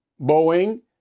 Boeing